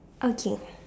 okay